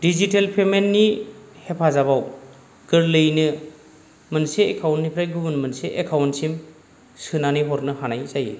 digital payment नि हेफाजाबाव गोरलैयैनो मोनसे एकाउन्ट निफ्राय गुबुन मोनसे एकाउन्ट सिम सोनानै हरनो हानाय जायो